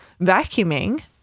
Vacuuming